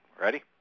Ready